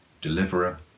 Deliverer